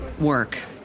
work